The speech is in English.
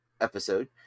episode